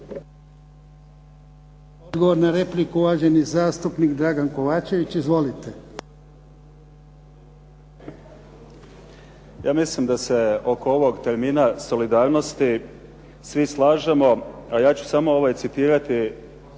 Odgovor na repliku, uvaženi zastupnik Dragan Kovačević. Izvolite. **Kovačević, Dragan (HDZ)** Ja mislim da se oko ovog termina solidarnosti svi slažemo, a ja ću samo citirati